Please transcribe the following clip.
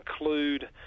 include